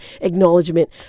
acknowledgement